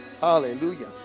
Hallelujah